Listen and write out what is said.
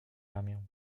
ramię